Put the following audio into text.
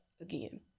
again